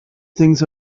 things